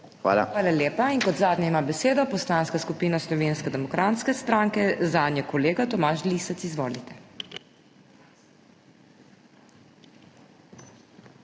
HOT: Hvala lepa. Kot zadnja ima besedo Poslanska skupina Slovenske demokratske stranke, zanjo kolega Tomaž Lisec. Izvolite.